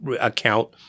account –